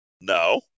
No